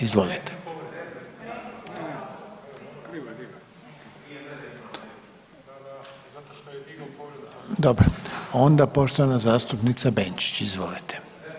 Izvolite. … [[Upadica: Ne razumije se.]] Dobro, onda poštovana zastupnica Benčić, izvolite.